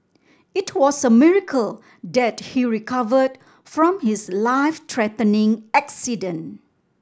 it was a miracle that he recovered from his life threatening accident